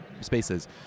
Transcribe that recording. spaces